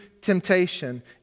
temptation